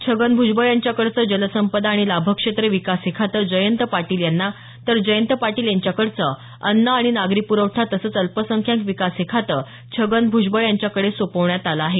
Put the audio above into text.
छगन भूजबळ यांच्याकडचं जलसंपदा आणि लाभक्षेत्र विकास हे खातं जयंत पाटील यांना तर जयंत पाटील यांच्याकडचं अन्न आणि नागरी पुरवठा तसंच अल्पसंख्याक विकास हे खातं छगन भूजबळ यांच्याकडे सोपवण्यात आलं आहे